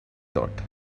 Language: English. thought